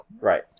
Right